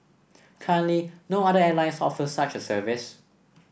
currently no other airlines offer such a service